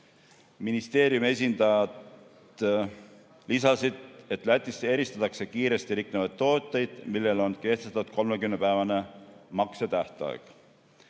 Ministeeriumi esindajad lisasid, et Lätis eristatakse kiiresti riknevaid tooteid, mille puhul on kehtestatud 30‑päevane maksetähtaeg.